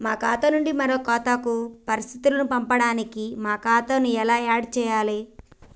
మా ఖాతా నుంచి వేరొక ఖాతాకు పరిస్థితులను పంపడానికి మా ఖాతా ఎలా ఆడ్ చేయాలి?